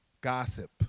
gossip